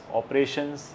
operations